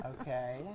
Okay